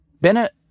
Bennett